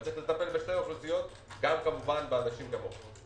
יש לטפל בשתי האוכלוסיות גם כמובן באנשים כמוך.